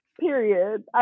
Period